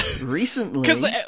Recently